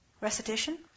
Recitation